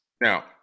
Now